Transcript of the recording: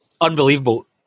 Unbelievable